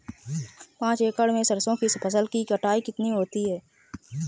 पांच एकड़ में सरसों की फसल की कटाई कितनी होगी?